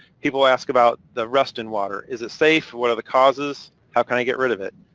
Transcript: people ask about the rust in water. is it safe? what are the causes? how can i get rid of it?